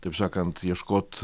taip sakant ieškot